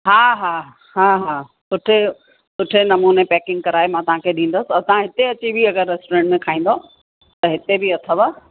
हा हा हा हा सुठे सुठे नमुने पैकिंग कराए मां तव्हांखे ॾींदसि तव्हां हिते बि अची अगरि रेस्टोरेंट में खाईंदव त हिते बि अथव